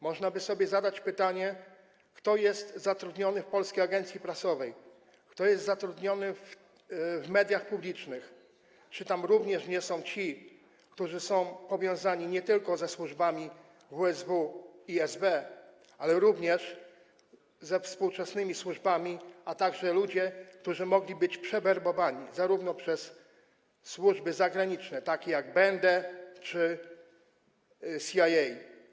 Można by sobie zadać pytanie, kto jest zatrudniony w Polskiej Agencji Prasowej, kto jest zatrudniony w mediach publicznych, czy tam również nie ma tych, którzy są powiązani nie tylko ze służbami WSW i SB, ale również ze współczesnymi służbami, a także ludzi, którzy mogli być przewerbowani przez służby zagraniczne, takie jak BND czy CIA.